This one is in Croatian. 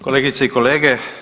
Kolegice i kolege.